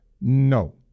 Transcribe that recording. No